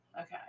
Okay